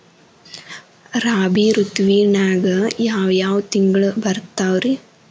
ರಾಬಿ ಋತುವಿನಾಗ ಯಾವ್ ಯಾವ್ ತಿಂಗಳು ಬರ್ತಾವ್ ರೇ?